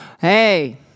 Hey